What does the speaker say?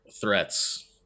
threats